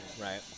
Right